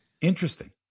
Interesting